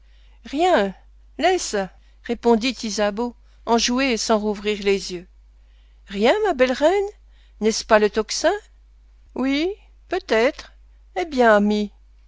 rien laisse répondit ysabeau enjouée et sans rouvrir les yeux rien ma belle reine n'est-ce pas le tocsin oui peut-être eh bien ami